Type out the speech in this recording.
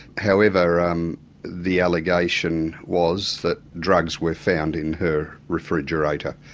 however um the allegation was that drugs were found in her refrigerator.